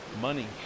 money